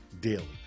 daily